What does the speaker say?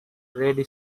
red